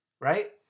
right